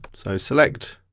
so select.